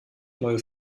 neue